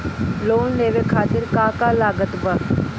Loan लेवे खातिर का का लागत ब?